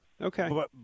Okay